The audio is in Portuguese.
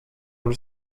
onde